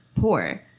poor